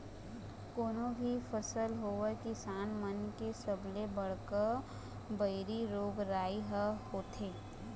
कोनो भी फसल होवय किसान मन के सबले बड़का बइरी रोग राई ह होथे